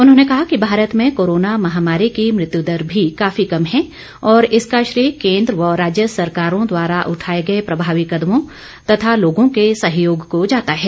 उन्होंने कहा कि भारत में कोरोना महामारी की मृत्यू दर भी काफी कम है और इसका श्रेय केन्द्र व राज्य सरकारों द्वारा उठाए गए प्रभावी कदमों तथा लोगों के सहयोग को जाता है